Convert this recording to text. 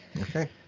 Okay